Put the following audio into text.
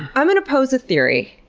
i'm going to pose a theory.